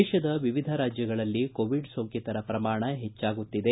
ದೇತದ ವಿವಿಧ ರಾಜ್ಯಗಳಲ್ಲಿ ಕೋವಿಡ್ ಸೋಂಕಿತರ ಪ್ರಮಾಣ ಹೆಚ್ಚಾಗುತ್ತಿದೆ